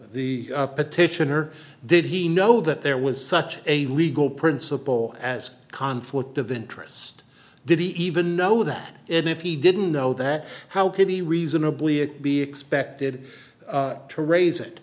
e petitioner did he know that there was such a legal principle as a conflict of interest did he even know that and if he didn't know that how could be reasonably be expected to raise it